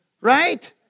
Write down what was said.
Right